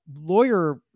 lawyer